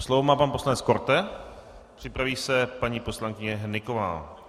Slovo má pan poslanec Korte, připraví se paní poslankyně Hnyková.